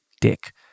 dick